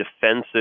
defensive